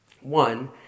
One